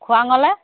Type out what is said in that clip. খোৱাঙলে